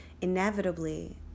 inevitably